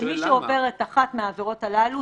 שמי שעובר אחת מהעבירות הללו,